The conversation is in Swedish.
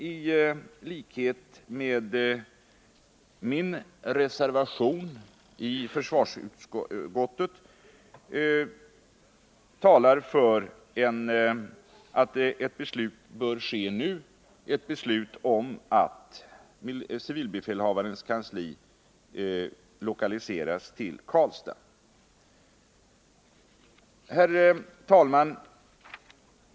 I likhet med vad jag gör i min reservation till försvarsutskottets betänkande talar han för att ett beslut bör ske nu om att civilbefälhavarens kansli skall lokaliseras till Karlstad. Herr talman!